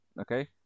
okay